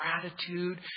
gratitude